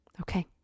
Okay